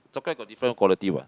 chocolate got different quality what